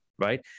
right